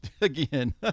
again